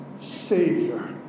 Savior